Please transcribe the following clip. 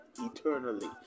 eternally